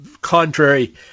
contrary